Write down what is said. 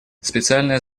специальное